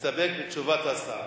מסתפק בתשובת השר.